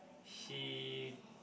he